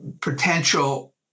potential